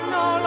no